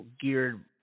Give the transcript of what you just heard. geared